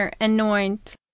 anoint